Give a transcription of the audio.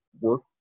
Work